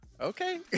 okay